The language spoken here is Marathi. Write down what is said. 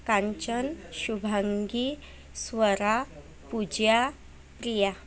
कांचन शुभांगी स्वरा पूजा किया